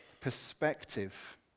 perspective